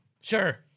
Sure